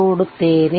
ನೋಡುತ್ತೇವೆ